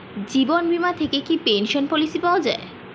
জীবন বীমা থেকে কি পেনশন পলিসি পাওয়া যায়?